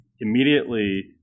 immediately